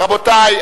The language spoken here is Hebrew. רבותי,